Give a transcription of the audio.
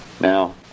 Now